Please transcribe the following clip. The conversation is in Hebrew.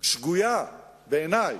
שגויה בעיני,